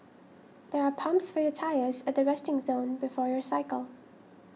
there are pumps for your tyres at the resting zone before your cycle